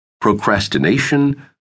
Procrastination